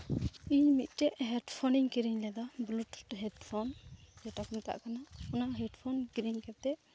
ᱤᱧ ᱢᱤᱫᱴᱮᱡ ᱦᱮᱰᱯᱷᱚᱱ ᱤᱧ ᱠᱤᱨᱤᱧ ᱞᱮᱫᱟ ᱵᱞᱩᱴᱩᱛᱷ ᱦᱮᱰᱯᱷᱳᱱ ᱡᱮᱴᱟ ᱠᱚ ᱢᱮᱛᱟᱫ ᱠᱟᱱᱟ ᱚᱱᱟ ᱦᱮᱰᱯᱷᱳᱱ ᱠᱤᱨᱤᱧ ᱠᱟᱛᱮᱫ